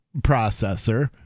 processor